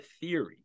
theory